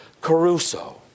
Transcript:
caruso